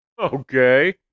Okay